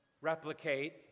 replicate